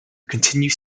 continues